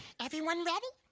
everyone ready?